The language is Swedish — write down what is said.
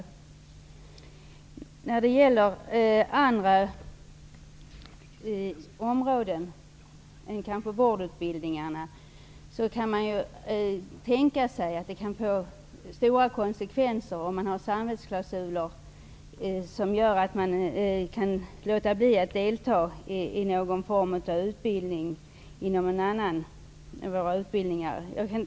Även när det gäller andra områden än kanske vårdutbildningarna kan man tänka sig att det kan få stora konsekvenser om man har samvetsklausuler som gör att man kan låta bli att delta i någon form av utbildning.